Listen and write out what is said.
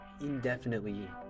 indefinitely